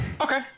Okay